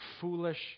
foolish